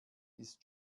ist